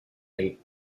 del